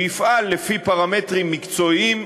שיפעל לפי פרמטרים מקצועיים,